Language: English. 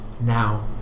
Now